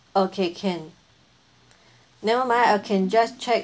okay can never mind I can just check